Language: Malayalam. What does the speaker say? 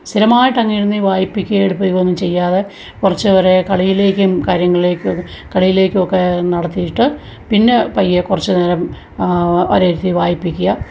സ്ഥിരമായിട്ട് അങ്ങ് ഇരുന്നീ വായിപ്പിക്കുകയും എഴുതിപ്പിക്കുകയും ചെയ്യാതെ കുറച്ചവരെ കളിയിലേക്കും കാര്യങ്ങളിലേക്കും കളിയിലേക്കുമൊക്കെ നടത്തിയിട്ട് പിന്നെ പയ്യെ കുറച്ചു നേരം അവരെ ഇരുത്തി വായിപ്പിക്കുക